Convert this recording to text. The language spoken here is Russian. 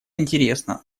интересно